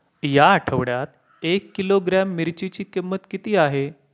या आठवड्यात एक किलोग्रॅम मिरचीची किंमत किती आहे?